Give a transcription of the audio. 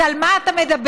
אז על מה אתה מדבר?